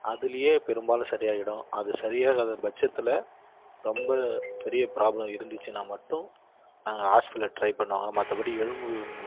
அதிலியே பெரும்பாலும் சரி ஆகிடும் அது சரியாகாத பட்சத்தில் ரொம்ப பெரிய ப்ராப்லோம் இருந்துச்சுனா மட்டும் நாங்கள் ஹாஸ்பிட்டலில் ட்ரை பண்ணுவாங்க மற்றபடி எலும்பு